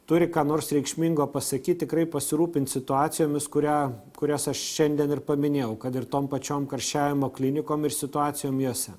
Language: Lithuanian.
turi ką nors reikšmingo pasakyt tikrai pasirūpint situacijomis kurią kurias aš šiandien ir paminėjau kad ir tom pačiom karščiavimo klinikom ir situacijom jose